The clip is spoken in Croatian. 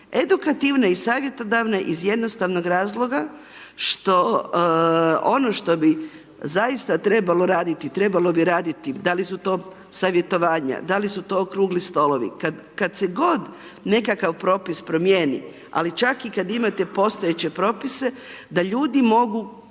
Edukativna i savjetodavna iz jednostavnog razloga što ono što bi zaista trebalo raditi, trebalo bi raditi, da li su to savjetovanja, da li su to okrugli stolovi, kada se god nekakav propis promijeni ali čak i kad imate postojeće propise da ljudi mogu